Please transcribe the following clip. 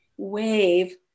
wave